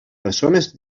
persones